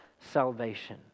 salvation